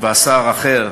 השר האחר